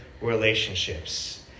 relationships